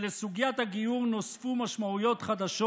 לסוגיית הגיור נוספו משמעויות חדשות